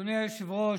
אדוני היושב-ראש,